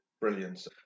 brilliance